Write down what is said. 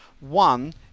One